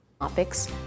Topics